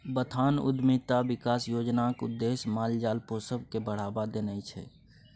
बथान उद्यमिता बिकास योजनाक उद्देश्य माल जाल पोसब केँ बढ़ाबा देनाइ छै